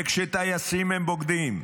וכשטייסים הם בוגדים,